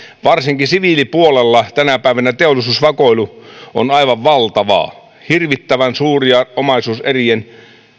varsinkin siviilipuolella tänä päivänä teollisuusvakoilu on aivan valtavaa hirvittävän suuria omaisuus eriä